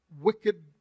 wicked